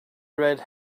red